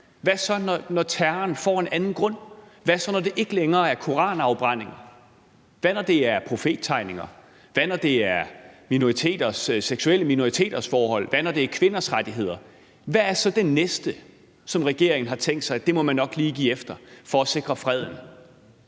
Hvad så, når terroren får en anden grund? Hvad så, når det ikke længere er koranafbrændinger? Hvad, når det er profettegninger? Hvad, når det er seksuelle minoriteters forhold? Hvad, når det er kvinders rettigheder? Hvad er det så, regeringen har tænkt sig at man nok må give efter for næste gang